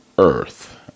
Earth